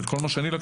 וכל מה שלקחתי,